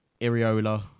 Iriola